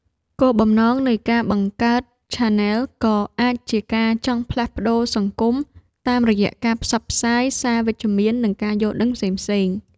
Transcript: គោលបំណងនៃការបង្កើតឆានែលក៏អាចជាការចង់ផ្លាស់ប្តូរសង្គមតាមរយៈការផ្សព្វផ្សាយសារវិជ្ជមាន និងការយល់ដឹងផ្សេងៗ។